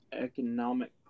economic